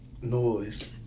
noise